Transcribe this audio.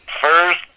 First